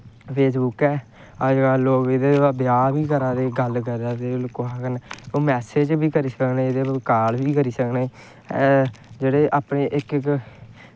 Facebook ऐ अजकल्ल ते लोग ब्याह् बी करा दे गल्ल करा दे इक दुए कन्नै मैसेज़ बी करी सकने एह्दे पर कॉल बी करी सकने जेह्ड़े अपने इक इक